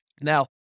Now